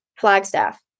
Flagstaff